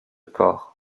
corps